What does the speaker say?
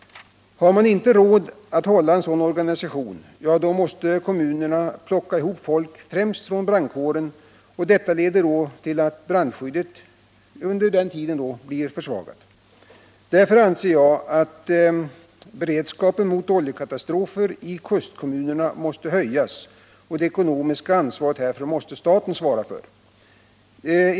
Har man inte råd att hålla en sådan organisation, ja, då måste kommunen plocka ihop folk främst från brandkåren, och detta leder då till att brandskyddet under denna tid blir försvagat. Därför anser jag att beredskapen i kustkommunerna mot oljekatastrofer måste höjas och att staten måste ha det ekonomiska ansvaret härför.